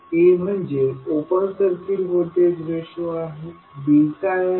a म्हणजे open circuit voltage ratio आहे b काय आहे